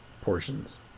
portions